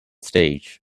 stage